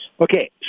okay